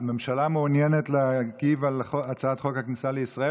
הממשלה מעוניינת להגיב על הצעת חוק הכניסה לישראל,